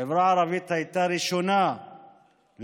החברה הערבית הייתה הראשונה להגיע